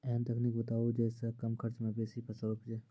ऐहन तकनीक बताऊ जै सऽ कम खर्च मे बेसी फसल उपजे?